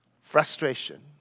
frustration